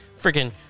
Freaking